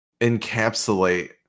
encapsulate